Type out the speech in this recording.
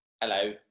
hello